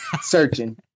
searching